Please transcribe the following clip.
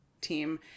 team